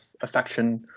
affection